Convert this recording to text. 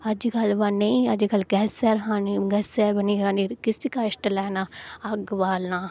अजकल अबा नेईं अजकल गैसे र खानी गैसे रा बनाई खानी कैस्सी कश्ट लैना कैस्सी अग्ग बालनी